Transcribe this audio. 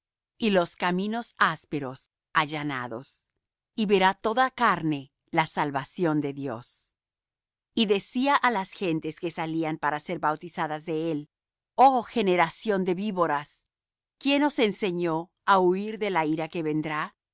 y los caminos ásperos allanados y verá toda carne la salvación de dios y decía á las gentes que salían para ser bautizadas de él oh generación de víboras quién os enseñó á huir de la ira que vendrá